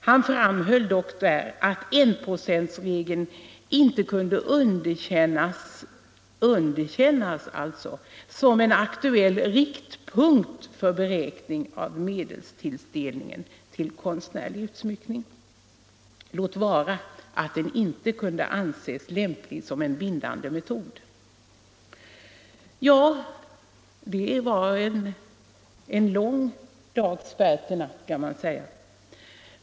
Han framhöll dock där att enprocentsregeln inte kunde underkännas som en aktuell riktpunkt för uppräkning av medelstilldelning till konstnärlig utsmyckning, låt vara att den inte kunde anses lämplig som en bindande metod. Ja, det var en lång dags färd mot natt!